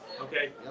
Okay